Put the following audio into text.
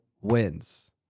wins